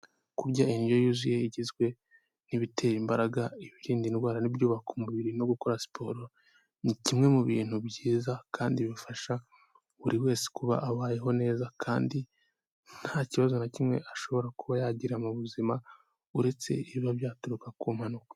Kurya indyo yuzuye igizwe n'ibitera imbaraga, ibirinda indwara n'ibyubaka umubiri no gukora siporo, ni kimwe mu bintu byiza kandi bifasha buri wese kuba abayeho neza kandi nta kibazo na kimwe ashobora kuba yagira mu buzima uretse ibiba byaturuka ku mpanuka.